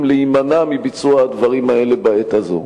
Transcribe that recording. להימנע מביצוע הדברים האלה בעת הזאת.